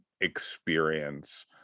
experience